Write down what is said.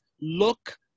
look